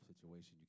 situation